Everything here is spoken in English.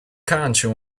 country